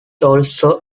also